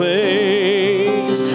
Place